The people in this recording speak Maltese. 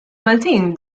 maltin